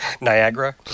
Niagara